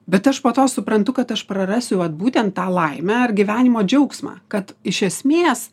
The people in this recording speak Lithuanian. bet aš po to suprantu kad aš prarasiu vat būtent tą laimę ar gyvenimo džiaugsmą kad iš esmės